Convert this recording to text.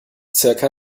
zirka